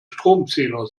stromzähler